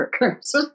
workers